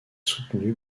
soutenue